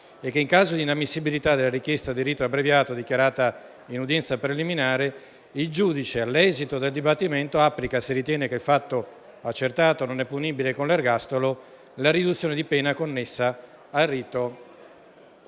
e che, in caso di inammissibilità della richiesta di rito abbreviato dichiarata in udienza preliminare, il giudice, all'esito del dibattimento, applichi - se ritiene che il fatto accertato non sia punibile con l'ergastolo - la riduzione di pena connessa al rito